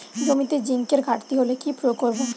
জমিতে জিঙ্কের ঘাটতি হলে কি প্রয়োগ করব?